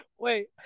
Wait